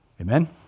Amen